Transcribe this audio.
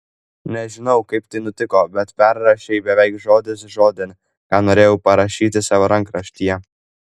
nežinau kaip tai nutiko bet perrašei beveik žodis žodin ką norėjau parašyti savo rankraštyje